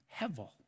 Hevel